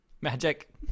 Magic